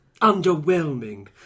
underwhelming